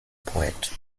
poet